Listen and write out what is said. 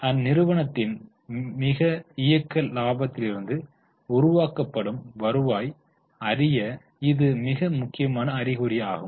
அந்நிறுவனத்தின் இயக்க லாபத்திலிருந்து உருவாக்கப்படும் வருவாய் அறிய இது மிக முக்கியமான அறிகுறியாகும்